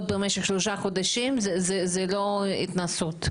במשך שלושה חודשים זוהי לא התנסות.